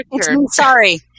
Sorry